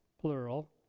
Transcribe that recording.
plural